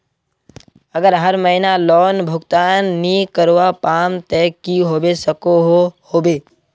अगर हर महीना लोन भुगतान नी करवा पाम ते की होबे सकोहो होबे?